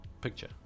picture